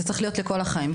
זה צריך להיות לכל החיים.